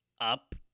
up